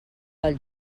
del